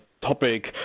topic